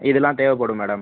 இதெலாம் தேவைப்படும் மேடம்